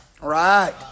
Right